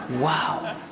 Wow